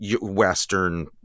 Western